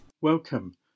Welcome